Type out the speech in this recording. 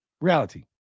reality